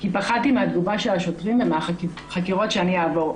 כי פחדתי מהתגובה של השוטרים ומהחקירות שאני אעבור."